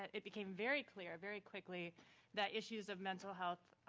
it became very clear very quickly that issues of mental health,